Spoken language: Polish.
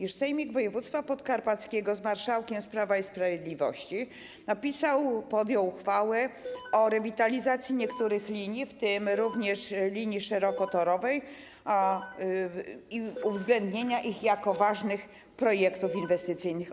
Już Sejmik Województwa Podkarpackiego, z marszałkiem z Prawa i Sprawiedliwości, napisał, podjął uchwałę w sprawie rewitalizacji niektórych linii, w tym również linii szerokotorowej, i uwzględnienia ich jako ważnych projektów inwestycyjnych.